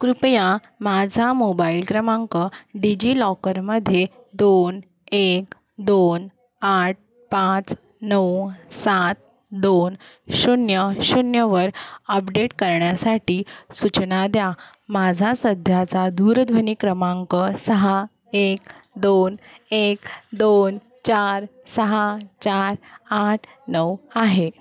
कृपया माझा मोबाईल क्रमांक डिजिलॉकरमध्ये दोन एक दोन आठ पाच नऊ सात दोन शून्य शून्यवर अपडेट करण्यासाठी सूचना द्या माझा सध्याचा दूरध्वनी क्रमांक सहा एक दोन एक दोन चार सहा चार आठ नऊ आहे